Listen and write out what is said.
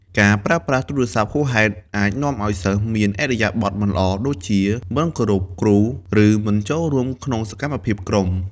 ការប្រើប្រាស់ទូរស័ព្ទហួសហេតុអាចនាំឱ្យសិស្សមានឥរិយាបថមិនល្អ ដូចជាមិនគោរពគ្រូ ឬមិនចូលរួមក្នុងសកម្មភាពក្រុម។